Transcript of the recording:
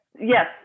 Yes